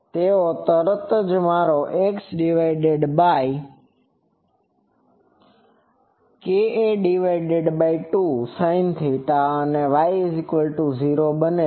તેથી તેઓ તરત જ મારો Xka2sinθ અને Y0 બને છે